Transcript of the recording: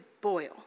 boil